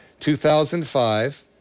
2005